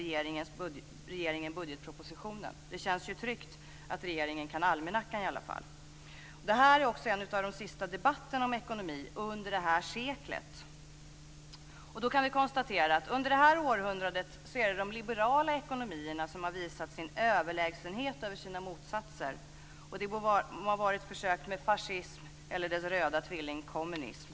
Så inleder regeringen budgetpropositionen. Det känns ju tryggt att regeringen kan almanackan i alla fall. Det här är också en av de sista debatterna om ekonomi under det här seklet. Då kan vi konstatera att under det här århundradet är det de liberala ekonomierna som har visat sin överlägsenhet över sina motsatser - det må ha varit försök med fascism eller dess röda tvilling kommunism.